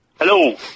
Hello